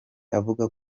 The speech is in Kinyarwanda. avuga